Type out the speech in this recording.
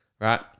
right